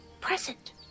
present